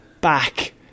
back